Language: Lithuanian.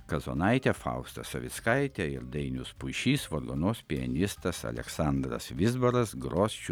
kazonaitė fausta savickaitė ir dainius puišys vargonuos pianistas aleksandras vizbaras gros čiurlionio